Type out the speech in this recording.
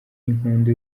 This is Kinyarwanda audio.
y’inkondo